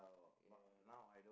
ya